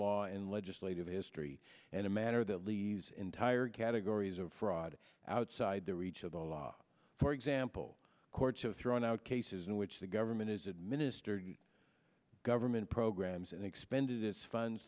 law in legislative history and a manner that leaves in tired categories of fraud outside the reach of the law for example courts have thrown out cases in which the government is administered government programs and expended its funds